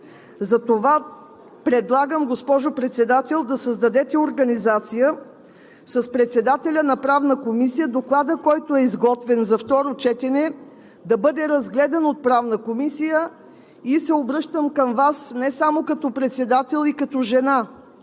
Затова предлагам, госпожо Председател, да създадете организация с председателя на Правната комисия Докладът, който е изготвен за второ четене, да бъде разгледан от Правната комисия. Обръщам се към Вас не само като към председател, а и като към